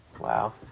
Wow